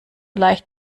leicht